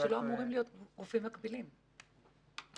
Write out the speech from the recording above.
אנחנו